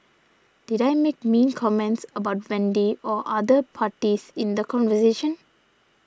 did I make mean comments about Wendy or other parties in the conversation